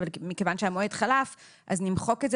אבל מכיוון שהמועד חלף אנחנו נמחק את זה